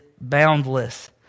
boundless